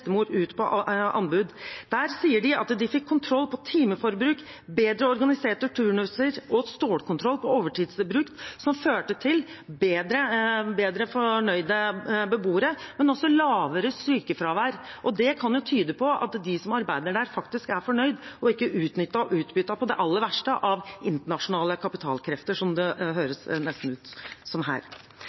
på anbud. Der sier de at de fikk kontroll på timeforbruk, bedre organiserte turnuser og stålkontroll på overtidsbruk, som førte til mer fornøyde beboere, men også lavere sykefravær. Det kan jo tyde på at de som arbeider der, faktisk er fornøyde og ikke utnyttet og utbyttet på det aller verste av internasjonale kapitalkrefter, som det nesten høres ut som her.